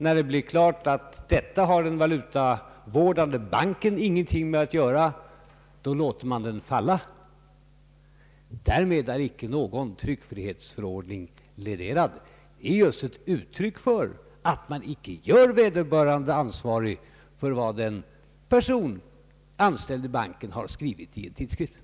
När det blir klart att den valutavårdande banken ingenting har att göra med en sådan här sak, låter man ärendet falla. Därmed har ingen tryckfrihetsförordning blivit läderad utan det är just ett uttryck för att man icke gör vederbörande bank ansvarig för vad en person, anställd i banken, har skrivit i tidskriften.